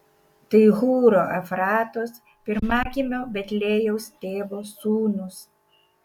tai hūro efratos pirmagimio betliejaus tėvo sūnūs